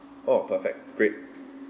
orh perfect great